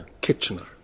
Kitchener